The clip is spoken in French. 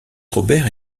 robert